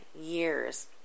years